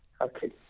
Okay